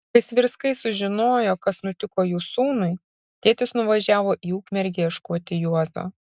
kai svirskai sužinojo kas nutiko jų sūnui tėtis nuvažiavo į ukmergę ieškoti juozo